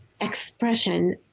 expression